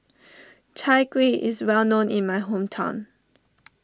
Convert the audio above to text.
Chai Kuih is well known in my hometown